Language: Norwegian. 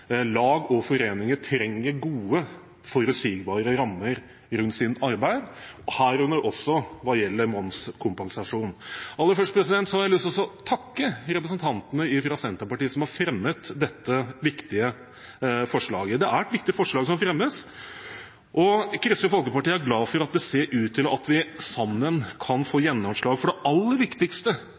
lag og foreninger – trenger gode, forutsigbare rammer rundt sitt arbeid, herunder også hva gjelder momskompensasjon. Aller først har jeg lyst til å takke representantene fra Senterpartiet som har fremmet dette viktige forslaget. Det er et viktig forslag som fremmes, og Kristelig Folkeparti er glad for at det ser ut til at vi sammen kan få gjennomslag for det aller viktigste